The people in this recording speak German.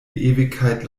ewigkeit